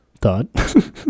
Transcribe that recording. thought